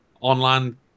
online